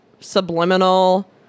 subliminal